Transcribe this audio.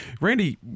Randy